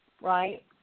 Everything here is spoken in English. right